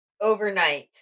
overnight